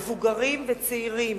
מבוגרים וצעירים,